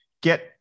get